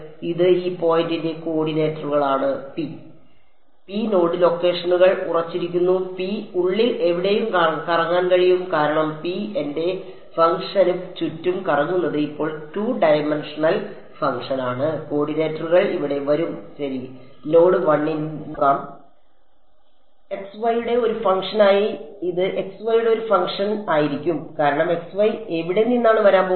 ഇത് x y യുടെ ഒരു ഫംഗ്ഷൻ ആയിരിക്കും കാരണം x y എവിടെ നിന്നാണ് വരാൻ പോകുന്നത്